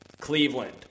Cleveland